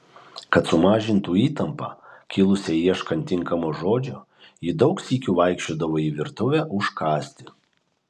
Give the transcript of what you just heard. kad sumažintų įtampą kilusią ieškant tinkamo žodžio ji daug sykių vaikščiodavo į virtuvę užkąsti